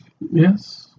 Yes